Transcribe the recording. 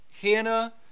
Hannah